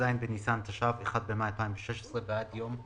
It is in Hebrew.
כ"ז בניסן התשע"ו (1 במאי 2016) ועד יום,